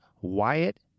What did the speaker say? Wyatt